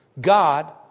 God